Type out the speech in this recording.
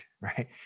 right